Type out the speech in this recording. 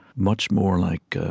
much more like